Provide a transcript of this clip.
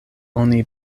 oni